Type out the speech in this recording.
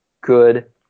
good